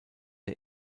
der